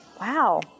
wow